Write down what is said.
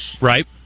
Right